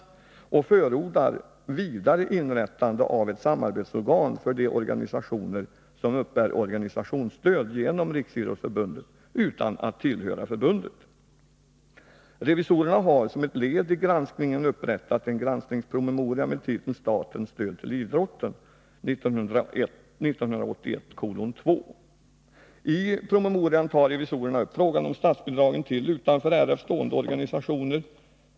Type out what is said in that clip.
Revisorerna förordar vidare inrättande av ett samarbetsorgan för de organisationer som uppbär organisationsstöd genom Riksidrottsförbundet utan att tillhöra förbundet. Revisorerna har som ett led i granskningen upprättat en granskningspromemoria med titeln Statens stöd till idrotten . I promemorian tar revisorerna upp frågan om statsbidragen till utanför RF stående organisationer.